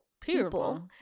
people